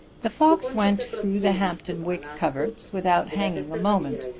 the fox went through the hampton wick coverts without hanging a moment,